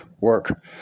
work